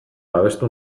babestu